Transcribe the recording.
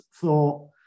thought